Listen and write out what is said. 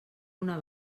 una